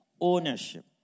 ownership